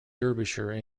derbyshire